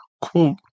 quote